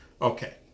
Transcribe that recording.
Okay